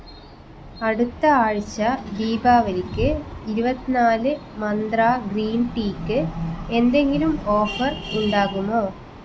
അടുത്ത ആഴ്ച ദീപാവലിക്ക് ഇരുപത്തിനാല് മന്ത്രാ ഗ്രീൻ ടീക്ക് എന്തെങ്കിലും ഓഫർ ഉണ്ടാകുമോ